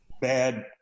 bad